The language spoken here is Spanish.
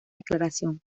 declaración